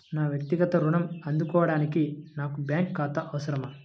నా వక్తిగత ఋణం అందుకోడానికి నాకు బ్యాంక్ ఖాతా అవసరమా?